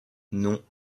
non